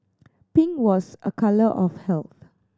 pink was a colour of health